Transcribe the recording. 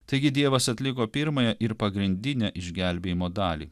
taigi dievas atliko pirmąją ir pagrindinę išgelbėjimo dalį